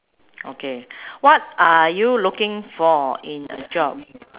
okay what are you looking for in a job